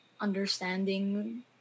understanding